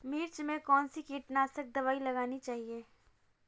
मिर्च में कौन सी कीटनाशक दबाई लगानी चाहिए?